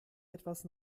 etwas